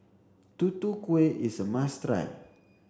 Tutu Kueh is a must try